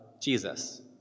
Jesus